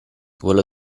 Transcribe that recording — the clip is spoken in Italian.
quello